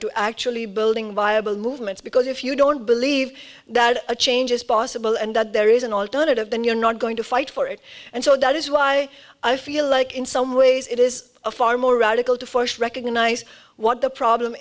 to actually building viable movements because if you don't believe that a change is possible and that there is an alternative then you're not going to fight for it and so that is why i feel like in some ways it is a far more radical to first recognize what the problem